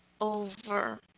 over